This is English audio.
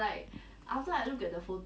mm